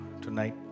tonight